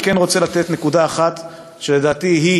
אני כן רוצה לתת נקודה אחת שלדעתי היא